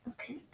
Okay